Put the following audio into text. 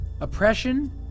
Oppression